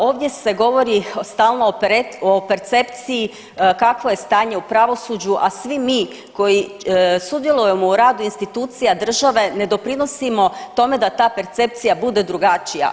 Ovdje se govori stalno o percepciji kakvo je stanje u pravosuđu, a svi mi koji sudjelujemo u radu institucija države ne doprinosimo tome da ta percepcija bude drugačija.